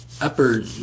upper